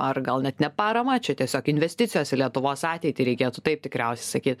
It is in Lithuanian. ar gal net ne parama čia tiesiog investicijos į lietuvos ateitį reikėtų taip tikriausiai saky